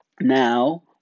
Now